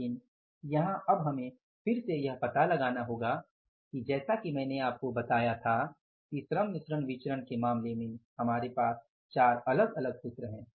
लेकिन यहां अब हमें फिर से यह पता लगाना होगा कि जैसा कि मैंने आपको बताया था कि श्रम मिश्रण विचरण के मामले में हमारे पास 4 अलग अलग सूत्र हैं